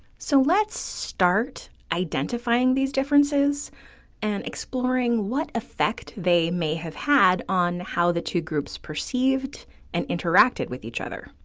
so let's start identifying these differences and exploring what effect they may have had on how the two groups perceived and interacted with each other.